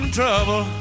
trouble